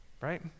Right